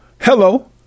Hello